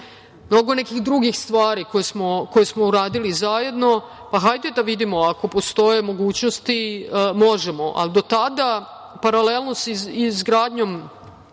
mnogo nekih drugih stvari koje smo uradili zajedno, pa hajde da vidimo, ako postoje mogućnosti, možemo, ali do tada paralelno sa izgradnjom